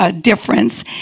Difference